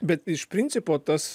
bet iš principo tas